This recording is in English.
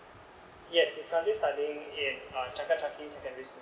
yes he is currently studying in secondary school